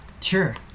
Sure